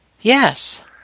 Yes